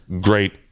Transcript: great